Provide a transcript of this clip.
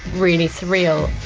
really surreal